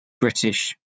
British